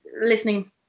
listening